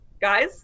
guys